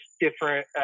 different